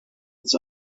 its